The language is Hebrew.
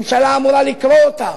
ממשלה אמורה לקרוא אותן,